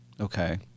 okay